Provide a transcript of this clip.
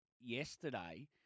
yesterday